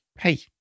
Hey